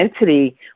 entity